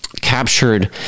captured